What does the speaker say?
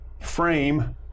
frame